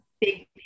big